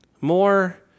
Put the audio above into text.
More